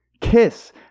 Kiss